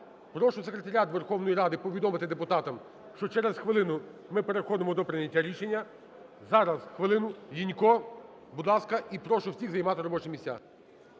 Прошу Секретаріат Верховної Ради повідомити депутатам, що через хвилину ми переходимо до прийняття рішення. Зараз хвилину Лінько, будь ласка. І прошу всіх займати робочі місця.